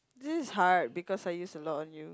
this is hard because I use a lot on you